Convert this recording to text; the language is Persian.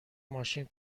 ماشین